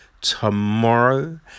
tomorrow